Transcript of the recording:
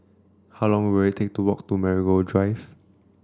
how long will it take to walk to Marigold Drive